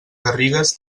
garrigues